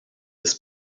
his